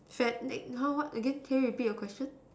sad next !huh! what again can you repeat your question